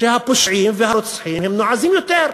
שהפושעים והרוצחים הם נועזים יותר,